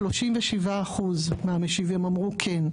77% מהמשיבים ענו שכן,